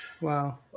Wow